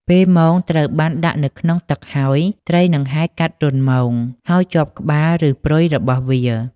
ពេលមងត្រូវបានដាក់នៅក្នុងទឹកហើយ ត្រីនឹងហែលកាត់រន្ធមងហើយជាប់ក្បាលឬព្រុយរបស់វា។